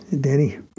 Danny